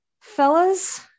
fellas